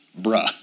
bruh